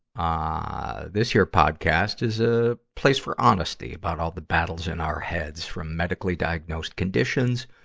ah this here podcast is a place for honesty about all the battles in our heads, from medically-diagnosed conditions,